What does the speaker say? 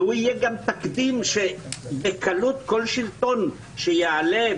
והוא יהיה גם תקדים שבקלות כל שלטון שיעלה,